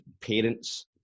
parents